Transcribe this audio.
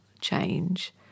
change